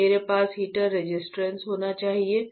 तो मेरे पास हीटर रेजिस्टेंस होना चाहिए